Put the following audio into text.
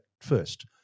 first